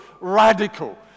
radical